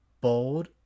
bold